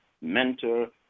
mentor